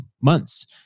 months